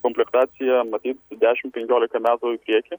komplektacija matyt dešim penkiolika metų į priekį